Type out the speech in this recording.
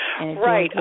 right